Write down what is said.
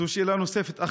זו שאלה אחת נוספת,